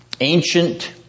ancient